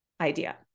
idea